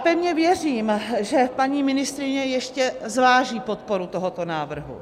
Pevně věřím, že paní ministryně ještě zváží podporu tohoto návrhu.